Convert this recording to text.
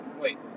Wait